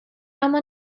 اما